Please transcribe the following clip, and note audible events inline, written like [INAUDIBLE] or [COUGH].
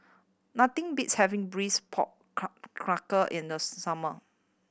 nothing beats having braise pork [UNINTELLIGIBLE] in the summer